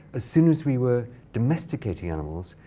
ah soon as we were domesticating animals,